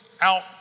out